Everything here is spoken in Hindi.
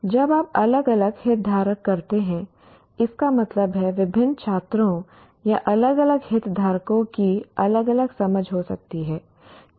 जब आप अलग अलग हितधारक करते हैं इसका मतलब है विभिन्न छात्रों या अलग अलग हितधारकों की अलग अलग समझ हो सकती है कि कथन क्या है